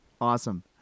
awesome